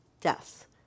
deaths